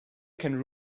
can